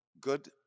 good